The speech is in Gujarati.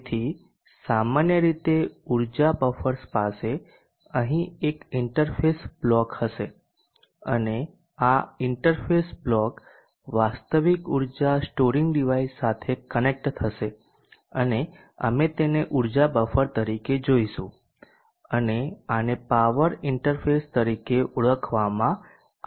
તેથી સામાન્ય રીતે ઊર્જા બફર્સ પાસે અહીં એક ઇન્ટરફેસ બ્લોક હશે અને આ ઇન્ટરફેસ બબ્લોક વાસ્તવિક ઉર્જા સ્ટોરિંગ ડિવાઇસ સાથે કનેક્ટ થશે અને અમે તેને ઉર્જા બફર તરીકે જોઈશું અને આને પાવર ઇન્ટરફેસ તરીકે ઓળખવામાં આવશે